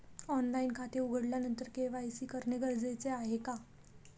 Online खाते उघडल्यानंतर KYC करणे गरजेचे आहे का?